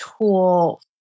tool